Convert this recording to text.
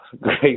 Great